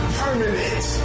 permanent